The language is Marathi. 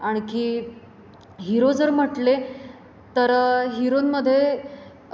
आणखी हिरो जर म्हटले तर हिरोंमध्ये